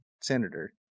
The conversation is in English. senator